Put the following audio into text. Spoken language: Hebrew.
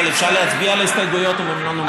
אבל אפשר להצביע על ההסתייגויות אם הן לא נומקו?